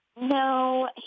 No